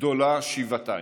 גדולה שבעתיים.